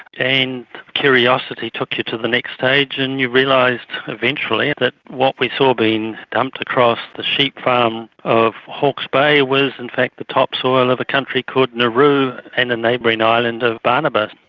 and curiosity took you to the next stage and you realised eventually that what we saw being dumped across the sheep farm of hawke's bay was in fact the topsoil of a country called nauru and the neighbouring island of banaba.